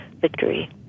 victory